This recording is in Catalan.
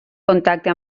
contacte